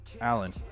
Alan